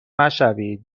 مشوید